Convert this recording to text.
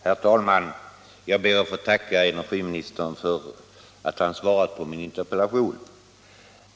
Herr talman! Jag ber att få tacka energiministern för att han har svarat på min interpellation.